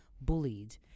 bullied